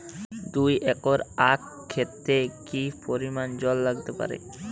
দুই একর আক ক্ষেতে কি পরিমান জল লাগতে পারে?